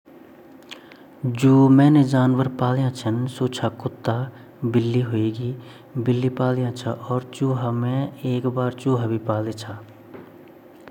हमा ता गाय दगडी बितायु भैंस दगडी बीतयु बकरी दे भी बितायु कुत्ता छिन बिल्ली छिन और चूहा छिन और भोत पप्रकारा जानवर बैल अर भैसा, भैसा बच्चा यू सब दे हमा टाइम बितायु।